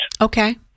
Okay